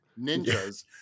ninjas